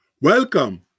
Welcome